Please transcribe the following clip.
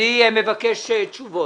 אני מבקש תשובות.